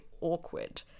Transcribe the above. awkward